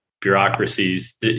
bureaucracies